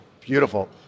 Beautiful